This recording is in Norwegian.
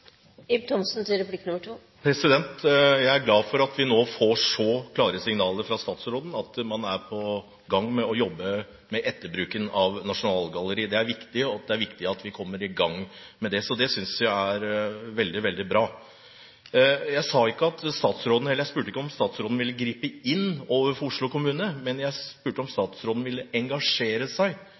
Jeg er glad for at vi nå får så klare signaler fra statsråden om at man er i gang med å jobbe med etterbruken av Nasjonalgalleriet. Det er viktig, og det er viktig at vi kommer i gang med det. Det synes jeg er veldig, veldig bra. Jeg spurte ikke om statsråden ville gripe inn overfor Oslo kommune, men jeg spurte om statsråden ville engasjere seg